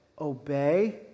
obey